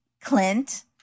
Clint